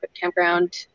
campground